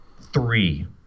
three